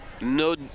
No –